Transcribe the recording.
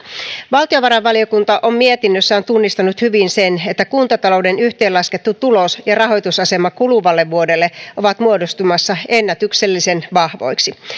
valtiovarainvaliokunta on mietinnössään tunnistanut hyvin sen että kuntatalouden yhteenlaskettu tulos ja rahoitusasema kuluvalle vuodelle ovat muodostumassa ennätyksellisen vahvoiksi